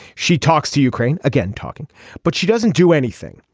she talks to ukraine again talking but she doesn't do anything.